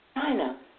China